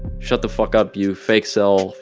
shut the f but up you fakecel.